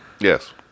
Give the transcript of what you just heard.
yes